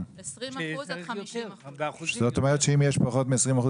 20% עד 50%. כלומר אם יש פחות מ-20%,